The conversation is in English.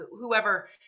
Whoever